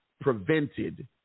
prevented